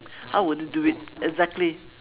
how would they do it exactly